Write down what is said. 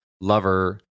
lover